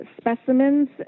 specimens